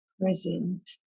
present